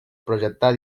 projectar